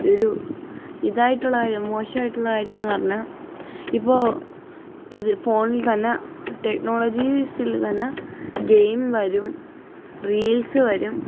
ഒരു ഇതായിട്ടുള്ള കാര്യം മോശമായിട്ടുള്ള കാര്യമെന്നുപറഞ്ഞാല് ഇപ്പോള് ഇത് ഫോണിൽത്തന്നെ ടെക്നൊളജീസിൽത്തന്നെ ഗെയിം വരും റീൽസ് വരും